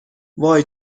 وای